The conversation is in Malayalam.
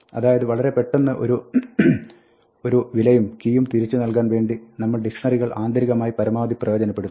അതായത് വളരെ പെട്ടെന്ന് ഒരു വിലയും കീയും തിരിച്ചു നൽകാൻ വേണ്ടി ഡിക്ഷ്ണറികൾ ആന്തരികമായി പരമാവധി പ്രയോജനപ്പെടുത്തുന്നു